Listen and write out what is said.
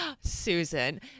Susan